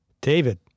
David